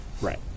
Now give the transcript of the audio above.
Right